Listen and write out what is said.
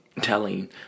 telling